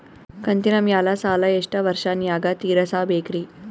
ಕಂತಿನ ಮ್ಯಾಲ ಸಾಲಾ ಎಷ್ಟ ವರ್ಷ ನ್ಯಾಗ ತೀರಸ ಬೇಕ್ರಿ?